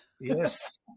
yes